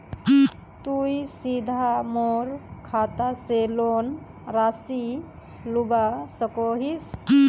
तुई सीधे मोर खाता से लोन राशि लुबा सकोहिस?